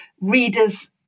readers